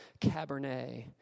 Cabernet